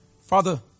Father